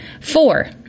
Four